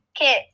Okay